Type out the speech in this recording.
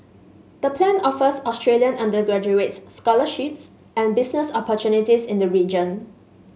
the plan offers Australian undergraduates scholarships and business opportunities in the region